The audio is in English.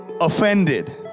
offended